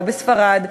לא בספרד.